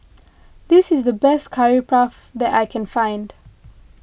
this is the best Curry Puff that I can find